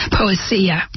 poesia